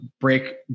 break